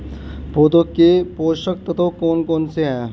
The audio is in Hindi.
पौधों के पोषक तत्व कौन कौन से हैं?